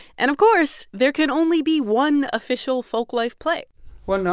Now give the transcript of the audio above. and, of course, there can only be one official folk-life play well,